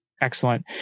Excellent